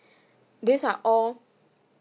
these are all